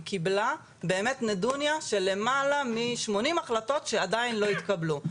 היא קיבלה באמת נדונה של למעלה משמונים החלטות שעדיין לא התקבלו.